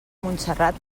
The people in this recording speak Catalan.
montserrat